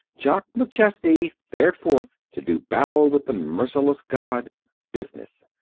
jock mcchesney fared forth to do battle with the merciless god business.